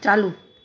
चालू